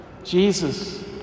Jesus